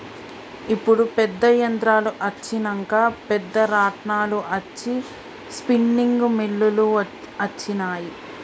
ఇప్పుడు పెద్ద యంత్రాలు అచ్చినంక పెద్ద రాట్నాలు అచ్చి స్పిన్నింగ్ మిల్లులు అచ్చినాయి